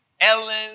Ellen